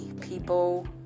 People